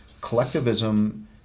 collectivism